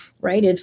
right